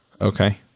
Okay